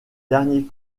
derniers